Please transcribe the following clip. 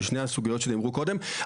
בשתי הסוגיות שנאמרו קודם,